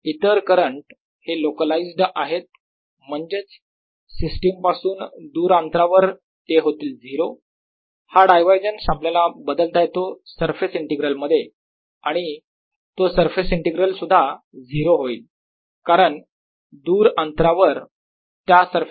इतर करंट हे लोकलाईझ्ड आहेत म्हणजेच सिस्टीम पासून दूर अंतरावर ते होतील 0 हा डायवरजन्स आपल्याला बदलता येतो सरफेस इंटीग्रल मध्ये आणि तो सरफेस इंटिग्रल सुद्धा 0 होईल कारण दूर अंतरावर त्या सरफेसवर j हा 0 बनतो